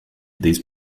these